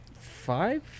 five